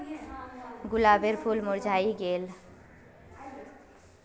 गुलाबेर फूल मुर्झाए गेल